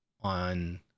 on